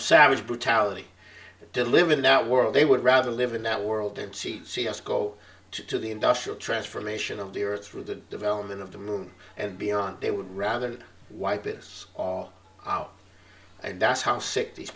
savage brutality to live in that world they would rather live in that world to see us go to the industrial transformation of the earth through the development of the moon and beyond they would rather wipe this all out and that's how sick these